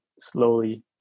slowly